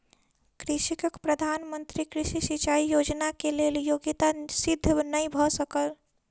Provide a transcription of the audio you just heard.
कृषकक प्रधान मंत्री कृषि सिचाई योजना के लेल योग्यता सिद्ध नै भ सकल